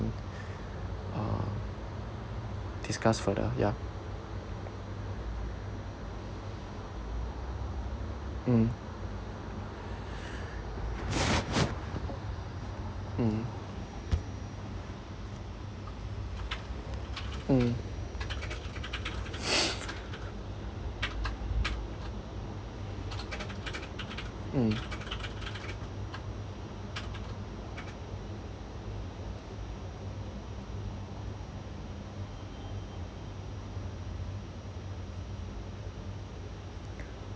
uh discuss further ya mm mm mm mm